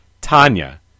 Tanya